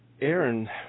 Aaron